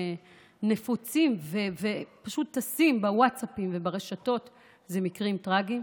נפוצים ופשוט טסים בווטסאפים וברשתות אלה מקרים טרגיים.